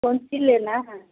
कौनसी लेना है